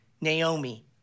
Naomi